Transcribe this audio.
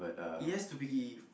it has to be